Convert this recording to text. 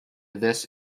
this